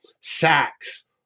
sacks